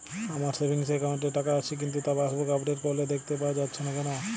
আমার savings account এ টাকা আসছে কিন্তু তা পাসবুক আপডেট করলে দেখতে পাওয়া যাচ্ছে না কেন?